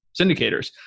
syndicators